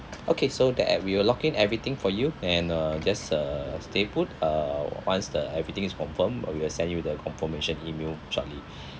okay so that and we will lock in everything for you and uh just uh stay put uh once the everything is confirmed uh we will send you the confirmation email shortly